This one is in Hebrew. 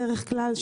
בדרך כלל,